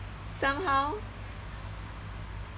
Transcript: somehow